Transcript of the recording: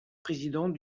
président